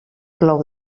plou